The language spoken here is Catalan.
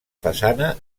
façana